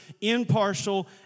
impartial